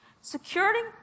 Securing